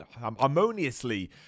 harmoniously